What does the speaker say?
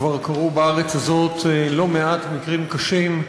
כבר קרו בארץ הזאת לא מעט מקרים קשים,